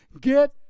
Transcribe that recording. Get